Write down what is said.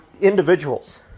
individuals